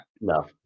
no